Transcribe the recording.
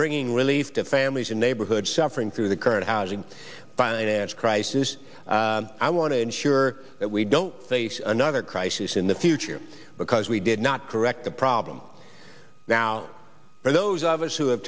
relief to families in neighborhoods suffering through the current housing finance crisis i want to ensure that we don't face another crisis in the future because we did not correct the problem now for those of us who have